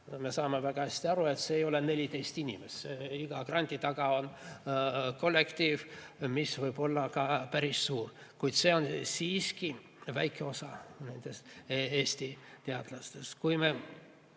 Me saame väga hästi aru, et see ei ole 14 inimest. Iga grandi taga on kollektiiv, mis võib olla ka päris suur, kuid see on siiski väike osa Eesti teadlastest.